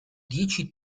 dieci